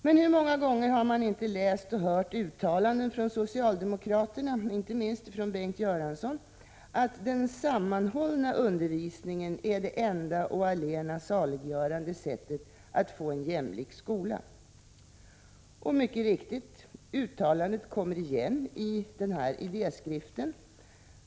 Men hur många gånger har man inte läst och hört uttalanden från socialdemokraterna — inte minst från Bengt Göransson — att den sammanhållna undervisningen är det enda och allena saliggörande sättet att få en jämlik skola? Och mycket riktigt, uttalandet kommer igen i idéskriften.